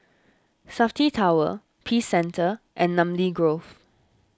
Safti Tower Peace Centre and Namly Grove